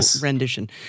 rendition